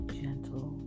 gentle